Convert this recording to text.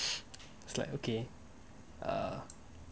I was like okay err